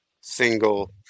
single